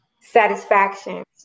satisfaction